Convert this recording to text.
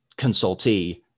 consultee